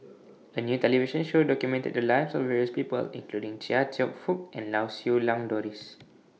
A New television Show documented The Lives of various People including Chia Cheong Fook and Lau Siew Lang Doris